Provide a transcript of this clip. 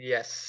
Yes